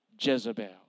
Jezebel